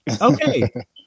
Okay